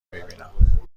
میبینم